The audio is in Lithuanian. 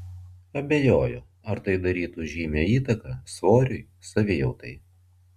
abejoju ar tai darytų žymią įtaką svoriui savijautai